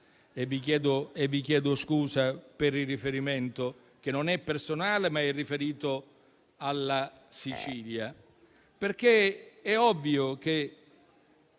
e vi chiedo scusa per il riferimento, che non è personale, ma alla Sicilia - perché è ovvio che,